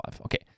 okay